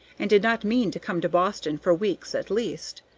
and did not mean to come to boston for weeks at least,